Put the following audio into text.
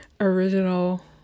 original